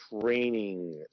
training